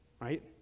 right